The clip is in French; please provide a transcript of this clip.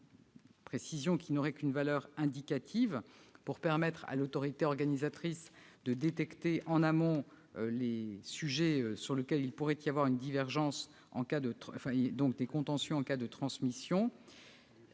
une précision qui n'aurait qu'une valeur indicative, permettant à l'autorité organisatrice de détecter, en amont, les sujets sur lesquels il pourrait y avoir divergence, donc contentieux, en cas de transmission.